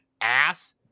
ass